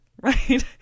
right